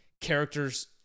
characters